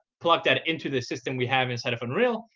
plug that into the system we have inside of unreal,